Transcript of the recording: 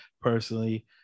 personally